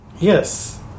Yes